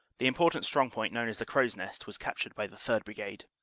the important strong point known as the crow's nest was captured by the third. brigade.